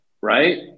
right